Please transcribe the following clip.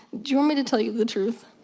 do you want me to tell you the truth?